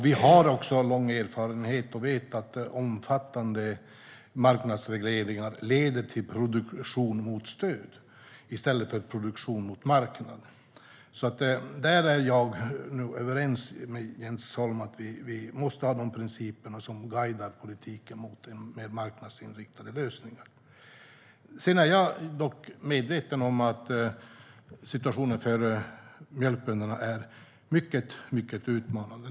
Vi har lång erfarenhet, och vi vet att omfattande marknadsregleringar leder till produktion mot stöd i stället för produktion mot marknaden. Jag är överens med Jens Holm om att vi måste ha de principer som guidar politiken i riktning mot mer marknadsinriktade lösningar. Jag är dock medveten om att situationen för mjölkbönderna är mycket utmanande.